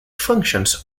functions